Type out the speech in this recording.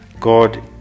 God